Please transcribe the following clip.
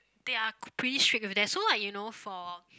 they are quick pretty strict with that so like you know for